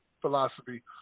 philosophy